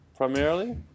Primarily